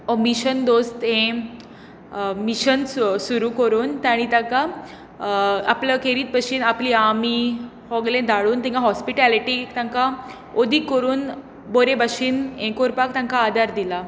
हो मिशन दोस्त हें मिशन सुरू करून तांणी ताका आपलो खेरीत भाशेन आपली आर्मी सगलें दाडून थंय हॉस्पिटॅलिटी तांकां अदीक करून बरे भाशेन हें करपाक तांकां आदार दिला